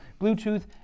Bluetooth